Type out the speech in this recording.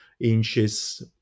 inches